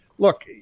Look